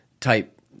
type